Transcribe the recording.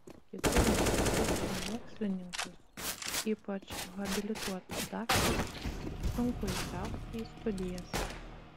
kitų institucijų mokslininkus ypač habilituotus daktarus sunku įtraukti į studijas